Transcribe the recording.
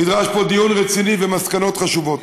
נדרש פה דיון רציני ומסקנות חשובות.